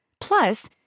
Plus